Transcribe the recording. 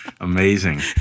Amazing